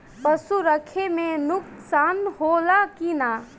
पशु रखे मे नुकसान होला कि न?